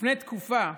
לפני תקופה,